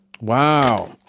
wow